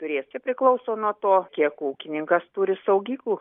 turės čia priklauso nuo to kiek ūkininkas turi saugyklų